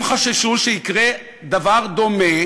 הם חששו שיקרה דבר דומה